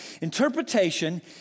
Interpretation